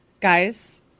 guys